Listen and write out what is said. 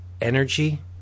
energy